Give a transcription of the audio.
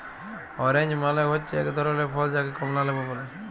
orange মালে হচ্যে এক ধরলের ফল যাকে কমলা লেবু ব্যলে